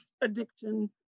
addiction